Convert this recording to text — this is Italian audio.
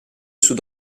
sud